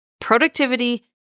productivity